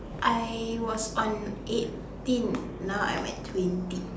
I was on eighteen now I'm at twenty